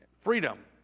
freedom